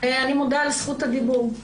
אני מודה על זכות הדיבור.